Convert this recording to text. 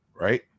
right